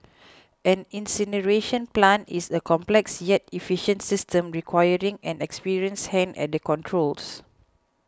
an incineration plant is a complex yet efficient system requiring an experienced hand at the controls